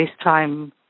FaceTime